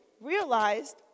realized